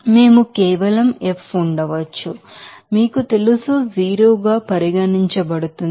మేము కేవలం F ఉండవచ్చు మీకు తెలుసు 0 గా పరిగణించబడుతుంది